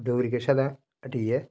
डोगरी कशा हटियै